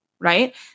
right